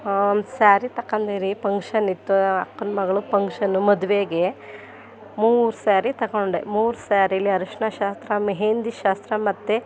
ಒಂದು ಸ್ಯಾರಿ ತಗೊಂಡೆ ರೀ ಪಂಕ್ಷನಿತ್ತು ಅಕ್ಕನ ಮಗ್ಳದ್ದು ಪಂಕ್ಷನ್ನು ಮದುವೆಗೆ ಮೂರು ಸ್ಯಾರಿ ತಗೊಂಡೆ ಮೂರು ಸ್ಯಾರಿಲಿ ಅರಶಿಣ ಶಾಸ್ತ್ರ ಮೆಹೆಂದಿ ಶಾಸ್ತ್ರ ಮತ್ತೆ